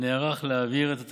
נערך להעביר את התקציבים.